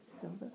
silver